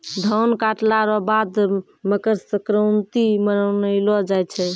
धान काटला रो बाद मकरसंक्रान्ती मानैलो जाय छै